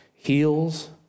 heals